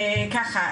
אז ככה,